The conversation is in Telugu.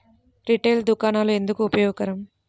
రిటైల్ దుకాణాలు ఎందుకు ఉపయోగకరం?